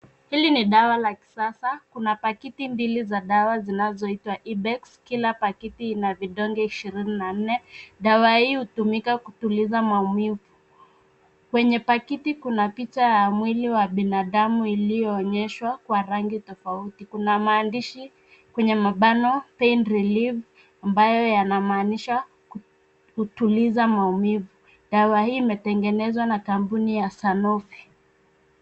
Hili ni dawa la kisasa. Kuna pakiti mbili za dawa zinazoitwa Ibex. Kila pakiti ina vidonge ishirini na nne. Dawa hii hutumika kutuliza maumivu. Kwenye pakiti kuna picha ya mwili wa binadamu iliyoonyeshwa, kwa rangi tofauti. Kuna maandishi (cs]Pain relief ambayo yanamaanisha, kutuliza maumivu. Dawa hii imetengenezwa na kampuni ya Sanofi.